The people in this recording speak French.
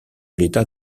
l’état